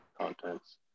contents